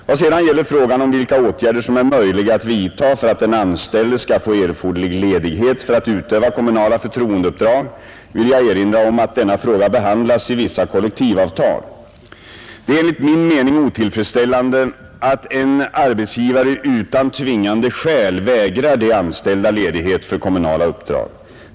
Vad sedan gäller frågan om vilka åtgärder som är möjliga att vidta för att den anställde skall få erforderlig ledighet för att utöva kommunala förtroendeuppdrag vill jag erinra om att denna fråga behandlas i vissa kollektivavtal. Det är enligt min mening otillfredsställande att en arbetsgivare utan tvingande skäl vägrar de anställda ledighet för kommunala uppdrag.